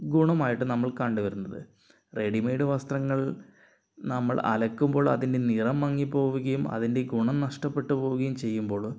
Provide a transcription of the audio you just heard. ഗുണമായിട്ട് നമ്മൾ കണ്ട് വരുന്നത് റെഡി മെയ്ഡ് വസ്ത്രങ്ങൾ നമ്മൾ അലക്കുമ്പോൾ അതിൻ്റെ നിറം മങ്ങി പോകുകയും അതിൻ്റെ ഗുണം നഷ്ട്ടപ്പെട്ട് പോകുകയും ചെയ്യുമ്പോൾ